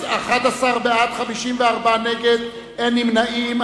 11 בעד, 54 נגד, אין נמנעים.